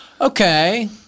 Okay